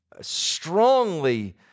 strongly